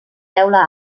teula